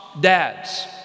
dads